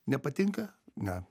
nepatinka ne